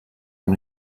amb